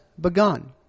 begun